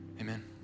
amen